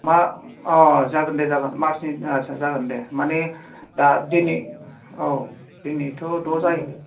मा अ जागोन दे जागोन मार्चनि आदसा जागोन दे माने दा दिनै औ दिनैथ' द' जायो